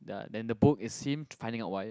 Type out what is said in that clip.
ya then the book is him finding out why